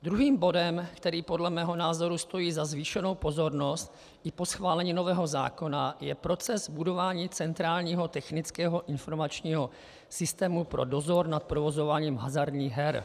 Druhým bodem, který podle mého názoru stojí za zvýšenou pozornost i po schválení nového zákona, je proces budování centrálního technického informačního systému pro dozor nad provozováním hazardních her.